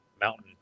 mountain